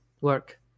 Work